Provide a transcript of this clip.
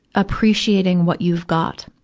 appreciating what you've got